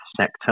sector